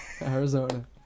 Arizona